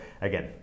again